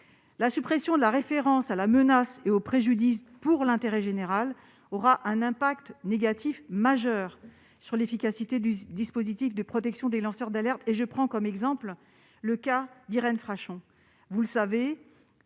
La suppression de la référence à la menace et au préjudice pour l'intérêt général aura un effet négatif majeur sur l'efficacité du dispositif de protection des lanceurs d'alerte. À titre d'exemple, j'évoquerai le cas d'Irène Frachon.